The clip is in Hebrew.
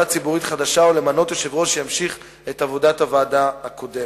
ציבורית חדשה או למנות יושב-ראש שימשיך את עבודת הוועדה הקודמת.